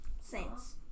Saints